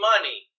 money